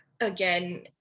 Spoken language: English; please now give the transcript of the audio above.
again